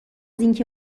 اینکه